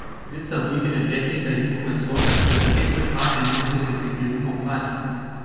visą buitinę techniką rinkomės tokią kad atitiktų a energijos efektyvumo klasę